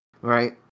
right